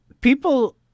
People